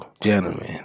gentlemen